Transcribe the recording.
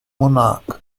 monarch